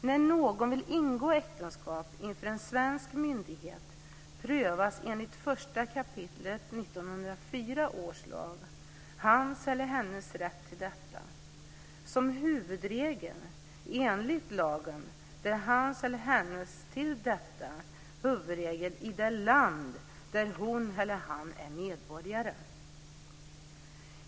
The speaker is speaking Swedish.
När någon vill ingå äktenskap inför en svensk myndighet prövas, enligt 1 kap. 1 § 1904 års lag, hans eller hennes rätt till detta som huvudregel enligt lagen i det land där hon eller han är medborgare.